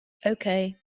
okay